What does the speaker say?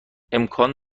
امکان